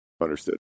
understood